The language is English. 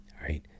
right